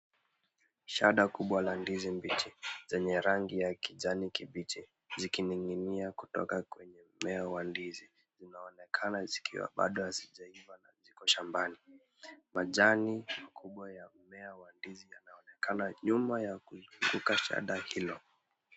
Shada kubwa la ndizi mbichi zenye rangi ya kijani kibichi zikining’inia kutoka kwenye mmea wa ndizi. Zinaonekana zikiwa bado hazijaiva na ziko shambani. Majani makubwa ya mmea wa ndizi yanaonekana nyuma ya kuwa shada hilo.